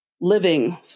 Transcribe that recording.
living